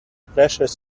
precious